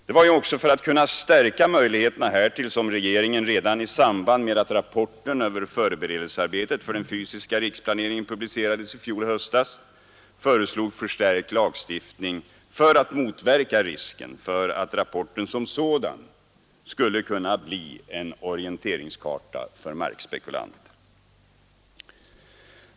Det var ju också för att kunna stärka möjligheterna härtill som regeringen redan i samband med att rapporten över förberedelsearbetet för den fysiska riksplaneringen publicerades i fjol höstas föreslog förstärkt lagstiftning för att motverka risken för att rapporten som sådan skulle kunna bli en orienteringskarta för markspekulanter.